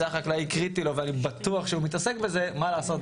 החקלאי קריטי לו ואני בטוח שהוא מתעסק בזה - מה לעשות,